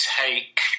take